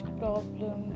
problem